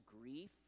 grief